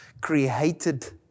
created